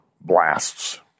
blasts